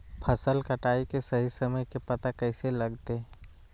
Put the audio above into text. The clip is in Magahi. फसल कटाई के सही समय के पता कैसे लगते?